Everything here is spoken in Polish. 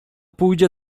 pójdzie